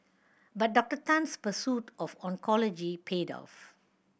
but Doctor Tan's pursuit of oncology paid off